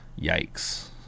Yikes